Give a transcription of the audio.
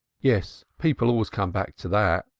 yes, people always come back to that,